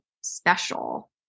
special